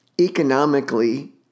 economically